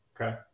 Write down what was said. Okay